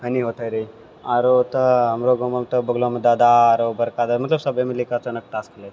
एन्नी होते रहै आरो तऽ हमरो गाँवमे तऽ बगलोमे दादा आरो बड़का दादा मतलब सभे मिली कऽ अचानक तास खेलै